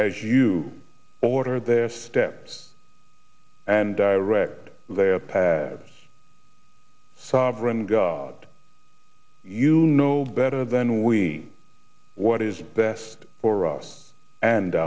as you order the steps and direct their pads sabran god you know better than we what is best for us and